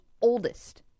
oldest